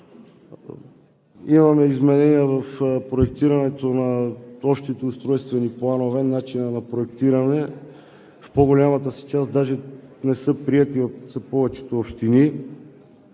Имаме изменения в проектирането на общите преустройствени планове, начина на проектиране, в по-голямата си част даже не са приети от повечето общини.